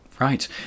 Right